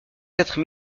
quatre